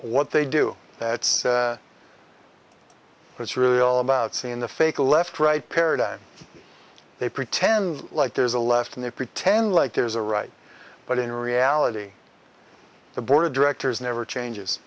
what they do that's it's really all about see in the fake left right paradigm they pretend like there's a left and they pretend like there's a right but in reality the board of directors never changes